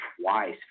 twice